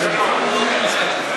אורן, הוא הוסיף לך עוד שתי דקות.